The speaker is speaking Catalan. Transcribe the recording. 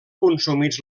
consumits